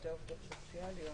אדוני.